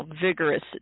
vigorous